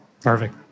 Perfect